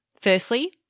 firstly